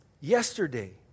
yesterday